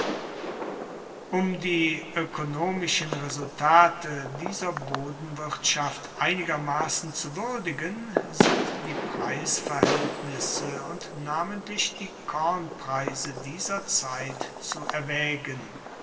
um die oekonomischen resultate dieser bodenwirtschaft einigermassen zu wuerdigen sind die preisverhaeltnisse und namentlich die kornpreise dieser zeit zu erwaegen